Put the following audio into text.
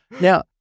Now